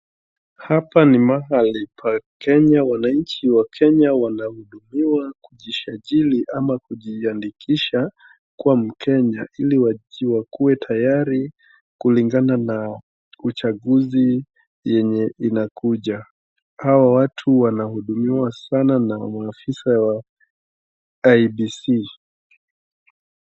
Hapa ni mahali pa Kenya, wananchi wa Kenya wanahudumiwa kujisajili ama kujiandikisha kwa Mkenya ili wajiwe tayari kulingana na uchaguzi yenye inakuja. Hawa watu wanahudumiwa sana na maafisa wa IEBC.